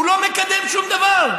הוא לא מקדם שום דבר.